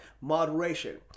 Moderation